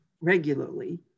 regularly